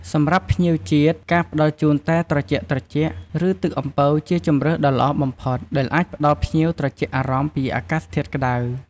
សម្រាប់ភ្ញៀវជាតិ ការផ្តល់ជូនតែត្រជាក់ៗ ឬទឹកអំពៅជាជម្រើសដ៏ល្អបំផុត ដែលអាចផ្តល់ភ្ញៀវត្រជាក់អារម្មណ៍ពីអាកាសធាតុក្ដៅ។